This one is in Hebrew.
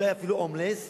אולי אפילו הומלס,